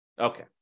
Okay